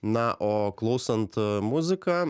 na o klausant muziką